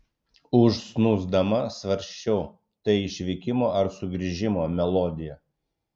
užsnūsdama svarsčiau tai išvykimo ar sugrįžimo melodija